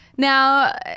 now